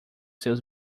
seus